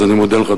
אז אני מודיע לך,